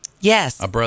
Yes